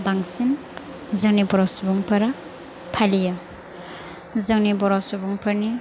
बांसिन जोंनि बर' सुबुंफोरा फालियो जोंनि बर' सुबुंफोरनि